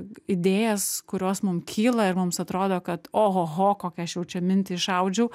idėjas kurios mum kyla ir mums atrodo kad ohoho kokią aš jau čia mintį išaudžiau